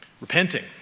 Repenting